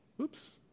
Oops